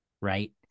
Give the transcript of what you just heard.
right